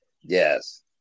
Yes